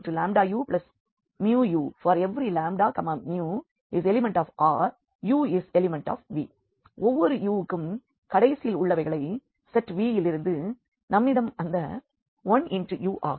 λμuλuμu∀λμ∈Ru∈V ஒவ்வொரு u க்கும் கடைசியில் உள்ளவைகளை செட் V யிலிருந்து நம்மிடம் அந்த 1 × u ஆகும்